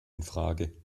infrage